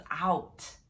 out